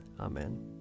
Amen